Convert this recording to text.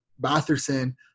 Batherson